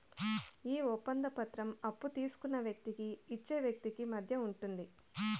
ఈ ఒప్పంద పత్రం అప్పు తీసుకున్న వ్యక్తికి ఇచ్చే వ్యక్తికి మధ్య ఉంటుంది